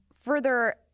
further